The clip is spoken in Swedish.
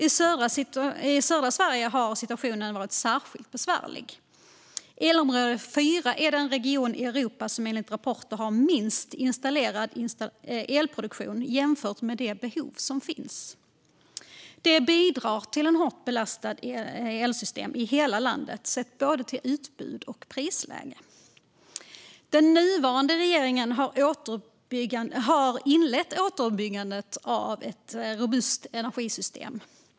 I södra Sverige har situationen varit särskilt besvärlig. Elområde 4 är den region i Europa som enligt rapporter har minst installerad elproduktion jämfört med de behov som finns. Det bidrar till en hård belastning av elsystemet i hela landet sett till både utbud och prisläge. Den nuvarande regeringen har inlett återuppbyggandet av ett robust energisystem.